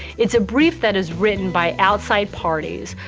it's a brief that is written by outside parties,